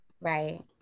right